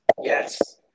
Yes